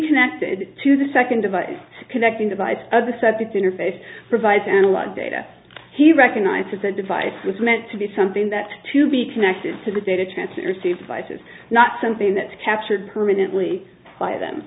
connected to the second device connecting device the subject interface provides analog data he recognizes the device was meant to be something that to be connected to the data transfers to device is not something that's captured permanently by them